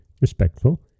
respectful